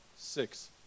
six